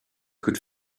could